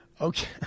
Okay